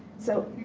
so